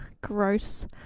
gross